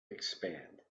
expand